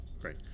Great